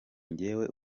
njyewe